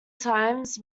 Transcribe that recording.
times